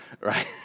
right